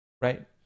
right